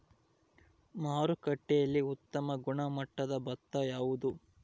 ಮಾರುಕಟ್ಟೆಯಲ್ಲಿ ಉತ್ತಮ ಗುಣಮಟ್ಟದ ಭತ್ತ ಯಾವುದು?